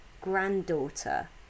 granddaughter